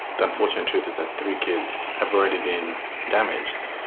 the unfortunate truth is that three kids have already been damaged.